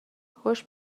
خوش